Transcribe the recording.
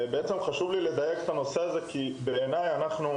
אני באמת שהדיון הזה הוא